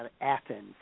Athens